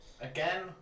again